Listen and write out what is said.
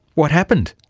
what happened?